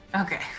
Okay